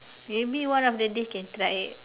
maybe one of the days can try ah